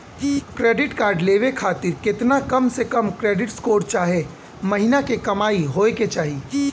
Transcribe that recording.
Credit card लेवे खातिर केतना कम से कम क्रेडिट स्कोर चाहे महीना के कमाई होए के चाही?